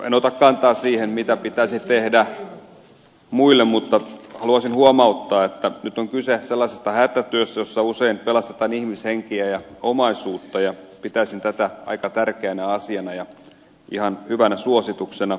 en ota kantaa siihen mitä pitäisi tehdä muille mutta haluaisin huomauttaa että nyt on kyse sellaisesta hätätyöstä jossa usein pelastetaan ihmishenkiä ja omaisuutta ja pitäisin tätä aika tärkeänä asiana ja ihan hyvänä suosituksena